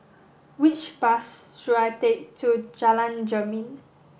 which bus should I take to Jalan Jermin